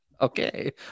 okay